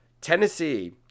Tennessee